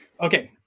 Okay